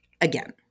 again